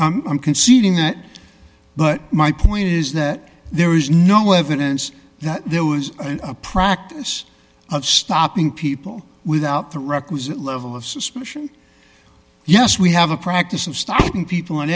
i'm conceding that but my point is that there is no evidence that there was a practice of stopping people without the requisite level of suspicion yes we have a practice of stopping people and